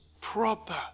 proper